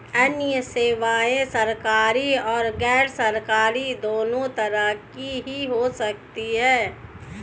अन्य सेवायें सरकारी और गैरसरकारी दोनों तरह की हो सकती हैं